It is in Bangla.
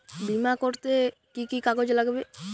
বিমা করতে কি কি কাগজ লাগবে?